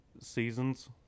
seasons